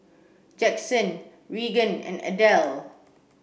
Jackson Regan and Adele